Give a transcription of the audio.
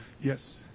Yes